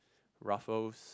Raffles